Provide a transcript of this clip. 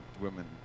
women